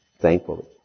Thankfully